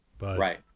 Right